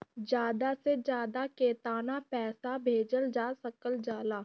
ज्यादा से ज्यादा केताना पैसा भेजल जा सकल जाला?